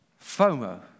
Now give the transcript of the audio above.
FOMO